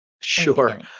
Sure